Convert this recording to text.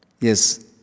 Yes